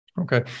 Okay